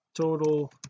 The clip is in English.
total